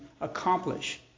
accomplish